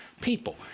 people